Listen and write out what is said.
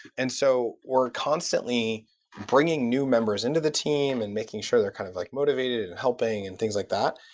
and so we're constantly bringing new members into the team and making sure they're kind of like motivated and helping and things like that,